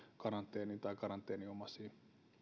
karanteeniin tai karanteeninomaisiin